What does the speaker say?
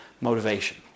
motivation